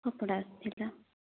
କପଡ଼ା ଆସିଥିଲା